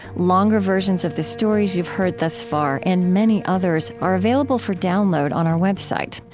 longer versions of the stories you've heard thus far and many others are available for download on our website.